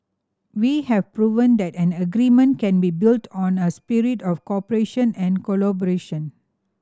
we have proven that an agreement can be built on a spirit of cooperation and collaboration